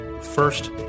First